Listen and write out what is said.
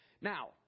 Now